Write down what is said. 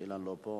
שהומצאו.